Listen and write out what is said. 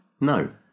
No